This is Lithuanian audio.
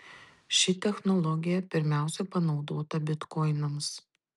ši technologija pirmiausia panaudota bitkoinams